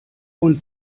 und